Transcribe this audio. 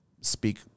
speak